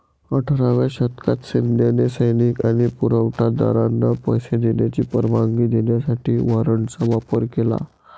अठराव्या शतकात सैन्याने सैनिक आणि पुरवठा दारांना पैसे देण्याची परवानगी देण्यासाठी वॉरंटचा वापर केला